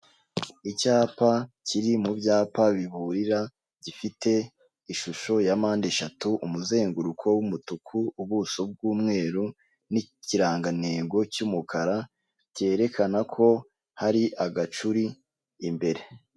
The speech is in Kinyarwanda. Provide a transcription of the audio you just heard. Icyapa kiri mu byapa biburira, gifite ishusho ya mpande eshatu, umuzenguruko w'umutuku, ubuso bw'umweru n'ikirangantego cy'umukara cyerekana ko hari agacuri imbere.